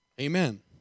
Amen